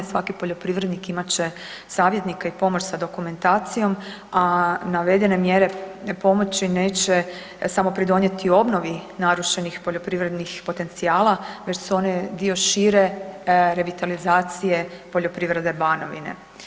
Svaki poljoprivrednik imat će savjetnika i pomoć sa dokumentacijom, a navedene mjere pomoći neće pridonijeti samo obnovi narušenih poljoprivrednih potencijala već su one dio šire revitalizacije poljoprivrede Banovine.